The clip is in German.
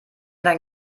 dein